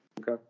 okay